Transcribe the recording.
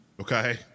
okay